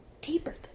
deeper